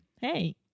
hey